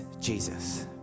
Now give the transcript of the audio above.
Jesus